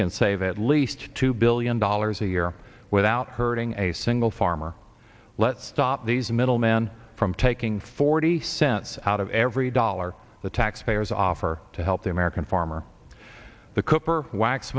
can save at least two billion dollars a year without hurting a single farmer let's stop these middlemen from taking forty cents out of every dollar the taxpayers offer to help the american farmer the cooper wax